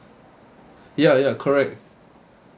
ya ya correct